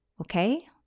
Okay